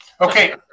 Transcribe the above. Okay